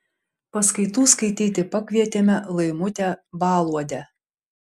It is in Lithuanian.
paskaitų skaityti pakvietėme laimutę baluodę